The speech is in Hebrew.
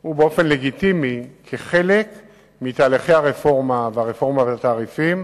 שהוא באופן לגיטימי חלק מתהליכי הרפורמה והרפורמה בתעריפים,